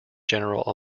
general